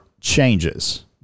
changes